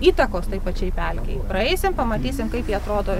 įtakos toj pačioj pelkėj praeisim pamatysim kaip ji atrodo